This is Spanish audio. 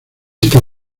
lista